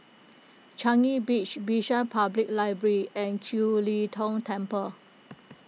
Changi Beach Bishan Public Library and Kiew Lee Tong Temple